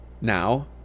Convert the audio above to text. now